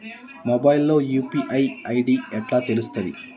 Mobile లో UPI ID ఎట్లా తెలుస్తది?